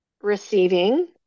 receiving